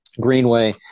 Greenway